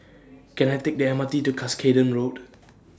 Can I Take The M R T to Cuscaden Road